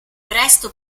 presto